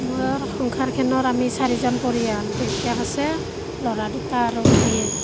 মোৰ সংসাৰখনৰ আমি চাৰিজন পৰিয়াল দেউতাক আছে ল'ৰা দুটা আৰু ময়েই